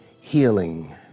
healing